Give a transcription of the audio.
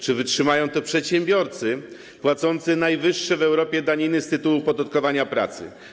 Czy wytrzymają to przedsiębiorcy płacący najwyższe w Europie daniny z tytułu opodatkowania pracy?